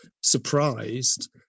surprised